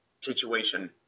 situation